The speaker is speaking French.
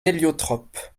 héliotrope